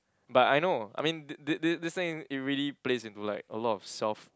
but I know I mean this this this thing it really plays into like a lot of self